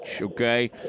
okay